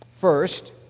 First